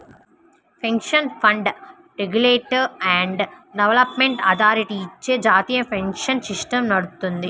pension fund regulatory and development అథారిటీచే జాతీయ pension system నడుత్తది